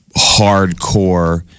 hardcore